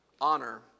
honor